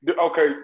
Okay